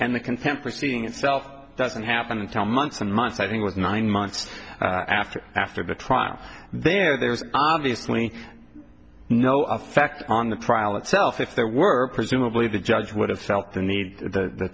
and the contempt for seeing itself doesn't happen until months and months i think with nine months after after the trial there there's obviously no effect on the prowl itself if there were presumably the judge would have felt the need the